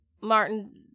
Martin